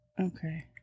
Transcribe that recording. Okay